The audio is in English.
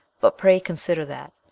but pray consider that,